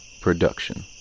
Production